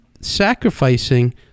sacrificing